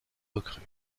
recrues